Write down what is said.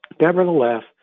Nevertheless